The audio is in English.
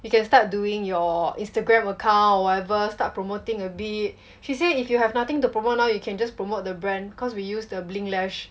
you can start doing your Instagram account whatever start promoting a bit she said if you have nothing to promote now you can just promote the brand cause we use the Bling Lash